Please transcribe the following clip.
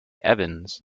evans